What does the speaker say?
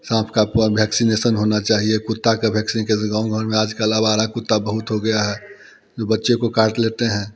साँप का पूरा भेक्सिनेशन होना चाहिए कुत्ते की भेक्सिन कैसे गाँव घर में आज कल आवारे कुत्ते बहुत हो गए हैं जो बच्चों को काट लेते हैं